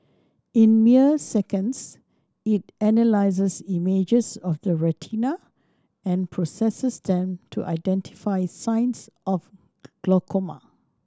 in mere seconds it analyses images of the retina and processes them to identify signs of glaucoma